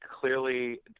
clearly